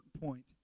point